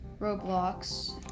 Roblox